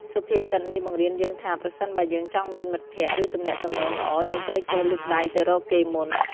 សុភាសិតនេះបង្រៀនយើងថា ប្រសិនបើយើងចង់មានមិត្តភក្តិ ឬទំនាក់ទំនងល្អ យើងត្រូវចេះលូកដៃទៅរកគេមុន។